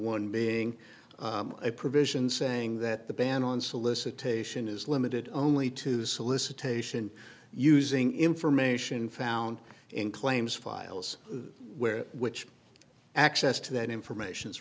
one being a provision saying that the ban on solicitation is limited only to solicitation using information found in claims files where which access to that information is